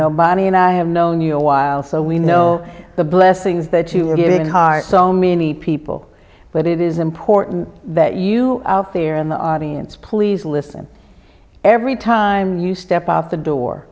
know bonnie and i have known you a while so we know the blessings that you are getting and heart so many people but it is important that you out there in the audience please listen every time you step out the door